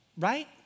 right